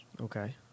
okay